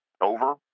over